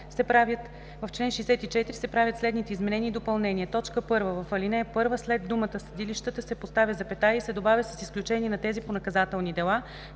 в чл. 64 се правят следните изменения и допълнения: 1. В ал. 1 след думата „съдилищата“ се поставя запетая и се добавя „с изключение на тези по наказателни дела,